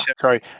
Sorry